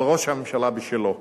אבל ראש הממשלה בשלו.